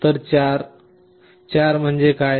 तर 4 म्हणजे काय